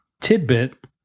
Tidbit